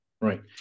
Right